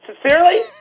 sincerely